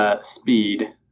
speed